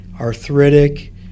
arthritic